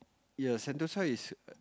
ya sentosa is